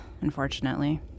unfortunately